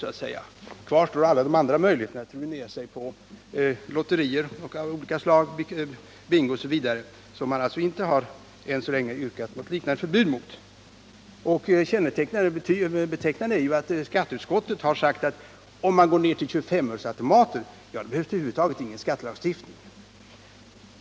Kvar står emellertid alla de andra möjligheterna att ruinera sig på lotterier av olika slag, bingospel m.m., som man än så länge inte yrkat något liknande förbud mot. Betecknande är ju att skatteutskottet anfört att om man övergår till 2S-öresautomater behövs det över huvud taget ingen skattebeläggning.